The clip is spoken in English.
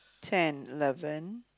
ten eleven